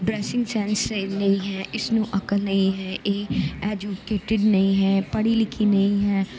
dressing sense ਨਹੀਂ ਹੈ ਇਸਨੂੰ ਅਕਲ ਨਹੀਂ ਹੈ ਇਹ ਐਜੂਕੇਟਿਡ ਨਹੀਂ ਹੈ ਪੜ੍ਹੀ ਲਿਖੀ ਨਹੀਂ ਹੈ